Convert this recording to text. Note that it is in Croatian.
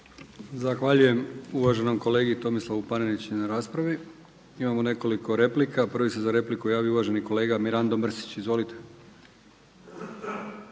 Zahvaljujem uvaženim kolegi Tomislavu Paneniću na raspravi. Imamo nekoliko replika. Prvi se za repliku javio uvaženi kolega Mirando Mrsić. Izvolite.